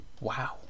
Wow